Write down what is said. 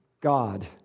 God